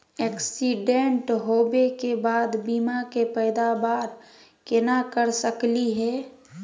Accident होवे के बाद बीमा के पैदावार केना कर सकली हे?